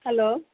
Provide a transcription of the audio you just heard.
hello